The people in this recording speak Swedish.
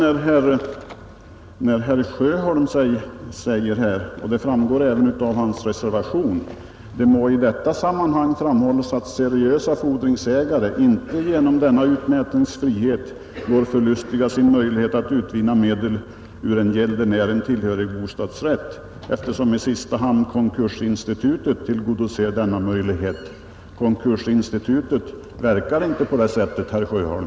Herr Sjöholm säger här, och det framgår även av hans reservation, nr 6, att det ”må i detta sammanhang framhållas att seriösa fordringsägare inte genom denna utmätningsfrihet går förlustiga sin möjlighet att utvinna medel ur en gäldenären tillhörig bostadsrätt eftersom i sista hand konkursinstitutet tillgodoser denna möjlighet”. Konkursinstitutet verkar inte på det sättet, herr Sjöholm.